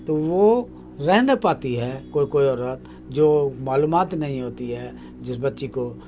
تو وہ رہ نہ پاتی ہے کوئی کوئی عورت جو معلومات نہیں ہوتی ہے جس بچی کو